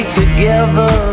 together